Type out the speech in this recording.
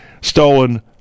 stolen